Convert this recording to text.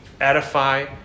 edify